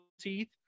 teeth